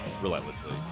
relentlessly